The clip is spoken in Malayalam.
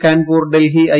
കാൻപൂർ ഡൽഹി ഐ